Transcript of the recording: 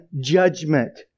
judgment